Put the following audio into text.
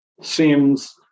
seems